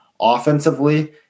Offensively